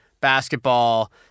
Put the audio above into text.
basketball